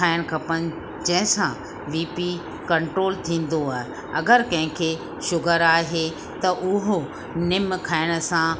खाइण खपनि जंहिंसां बीपी कंट्रोल थींदो आहे अगरि कंहिंखे शुगर आहे त उहो निम खाइण सां